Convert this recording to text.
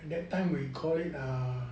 that time we call it err